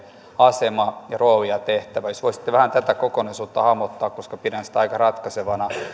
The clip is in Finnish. asema rooli ja tehtävä eli jos voisitte vähän tätä kokonaisuutta hahmottaa koska pidän sitä aika ratkaisevana